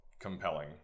compelling